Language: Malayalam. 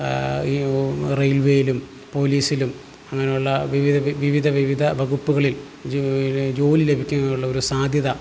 ഈ റെയിൽവേയിലും പോലീസിലും അങ്ങനെ ഉള്ള വിവിധ വിവിധ വിവിധ വകുപ്പുകളിൽ ജോലി ലഭിക്കുന്നതിനുള്ള ഒരു സാധ്യത